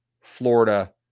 Florida